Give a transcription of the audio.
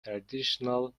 traditional